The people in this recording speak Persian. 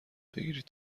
بگیرید